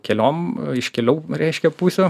keliom iš kelių reiškia pusių